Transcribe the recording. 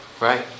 Right